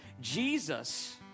Jesus